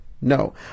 No